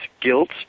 guilt